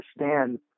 understand